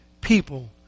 people